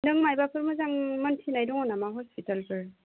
नों मायबाफोर मोजां मोन्थिनाय दङ नामा हस्पिटालफोर